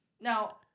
Now